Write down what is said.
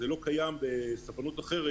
לא הבנתי מה שאלת.